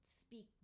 speak